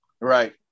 Right